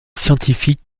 scientifique